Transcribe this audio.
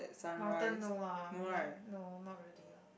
mountain no lah like no not really lah